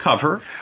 cover